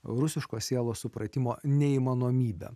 rusiškos sielos supratimo neįmanomybę